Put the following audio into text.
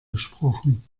gesprochen